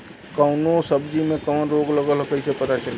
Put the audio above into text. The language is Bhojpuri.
कौनो सब्ज़ी में कवन रोग लागल ह कईसे पता चली?